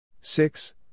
Six